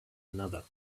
another